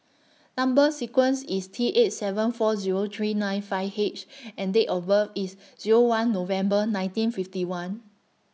Number sequence IS T eight seven four Zero three nine five H and Date of birth IS Zero one November nineteen fifty one